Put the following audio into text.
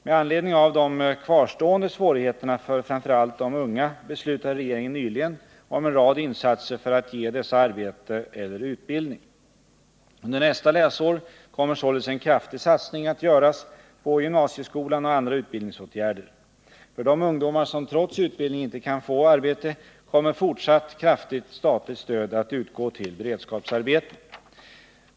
Med anledning av de kvarstående svårigheterna för framför allt de unga, beslutade regeringen nyligen om en rad insatser för att ge dessa arbete eller utbildning. Under nästa läsår kommer således en kraftig satsning att göras på gymnasieskolan och andra utbildningsåtgärder. För de ungdomar som trots utbildning inte kan få arbete kommer fortsatt kraftigt statligt stöd att utgå till beredskapsarbeten.